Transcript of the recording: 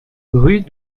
rue